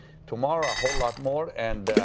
tomorrow a whole lot more and,